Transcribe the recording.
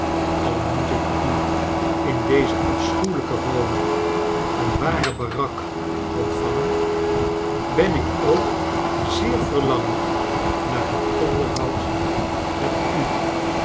al moet ik u in deze afschuwelijke woning een ware barak ontvaueii ben ik ook zeer verlangend naar een onderhoud met a